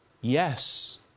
Yes